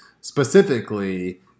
specifically